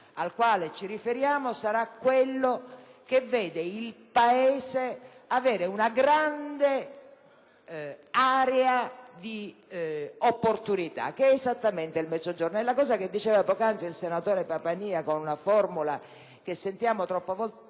al quale ci riferiamo sarà quello che vede il Paese avere una grande area di opportunità, che è esattamente il Mezzogiorno. È quanto ha detto poc'anzi il senatore Papania, con una formula che sentiamo troppe volte